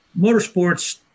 motorsports